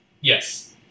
Yes